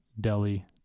Delhi